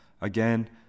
Again